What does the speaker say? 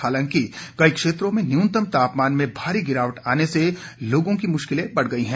हालांकि कई क्षेत्रों में न्यूनतम तापमान में भारी गिरावट आने से लोगों की मुश्किलें बढ़ गई हैं